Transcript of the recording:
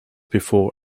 before